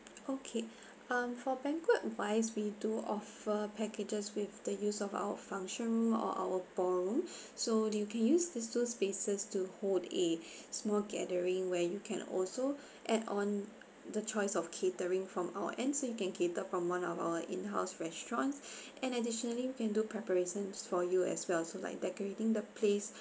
okay um for banquet wise we do offer packages with the use of our function room or our ballrooms so you can use this two spaces to hold a small gathering where you can also add on the choice of catering from our end so you can cater from one of our in house restaurants and additionally we can do preparations for you as well so like decorating the place